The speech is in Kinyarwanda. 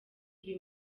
ibi